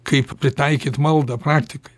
kaip pritaikyt maldą praktikoj